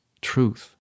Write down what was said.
truth